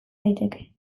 daiteke